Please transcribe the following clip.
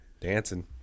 dancing